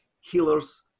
healers